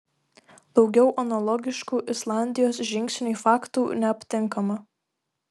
daugiau analogiškų islandijos žingsniui faktų neaptinkama